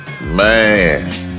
Man